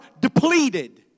depleted